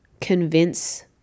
convince